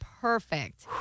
perfect